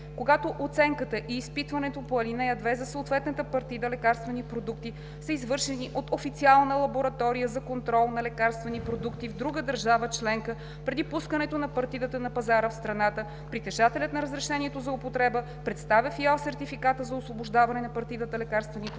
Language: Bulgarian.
Когато оценката и изпитването по ал. 2 за съответната партида лекарствени продукти са извършени от официална лаборатория за контрол на лекарствени продукти в друга държава членка преди пускането на партидата на пазара в страната, притежателят на разрешението за употреба представя в ИАЛ сертификата за освобождаване на партидата лекарствени продукти,